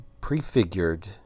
prefigured